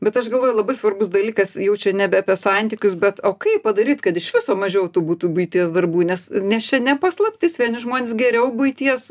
bet aš galvoju labai svarbus dalykas jau čia nebe apie santykius bet o kaip padaryt kad iš viso mažiau tų būtų buities darbų nes nes čia ne paslaptis vieni žmonės geriau buities